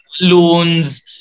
loans